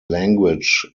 language